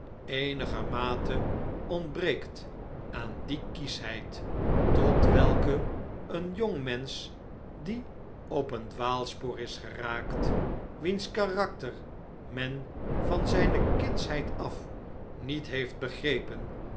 eenigermate ontbreekt aan die kieschheid tot welke een jongmensch die op een dwaal spoor is geraakt wiens karakter men van zijne kindsheid af niet heeft begrepen